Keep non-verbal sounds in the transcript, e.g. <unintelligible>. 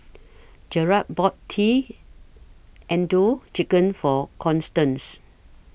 Jarrett bought T <unintelligible> Chicken For Constance